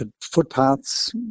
footpaths